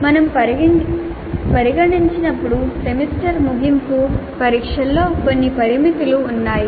మేము పరిగణించినప్పుడు సెమిస్టర్ ముగింపు పరీక్షలో కొన్ని పరిమితులు ఉన్నాయి